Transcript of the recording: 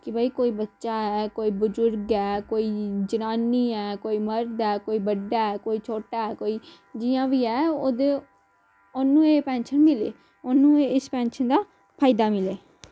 कि भई कोई बच्चा ऐ कोई बुजुर्ग ऐ कोई जनानी ऐ कोई मर्द ऐ कोई बड्डा ऐ कोई छोटा ऐ कोई जियां वी ऐ औह्दे औनु एह् पेंशन मिले औनु इस पेंशन दा फायदा मिले